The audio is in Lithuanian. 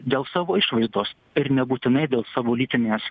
dėl savo išvaizdos ir nebūtinai dėl savo lytinės